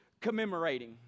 commemorating